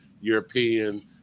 European